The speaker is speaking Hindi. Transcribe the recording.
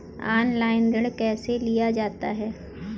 ऑनलाइन ऋण कैसे लिया जाता है?